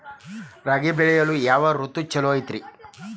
ರಾಗಿ ಬೆಳೆ ಬೆಳೆಯಲು ಯಾವ ಋತು ಛಲೋ ಐತ್ರಿ?